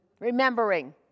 Remembering